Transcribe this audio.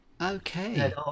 Okay